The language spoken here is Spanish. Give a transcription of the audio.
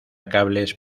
cables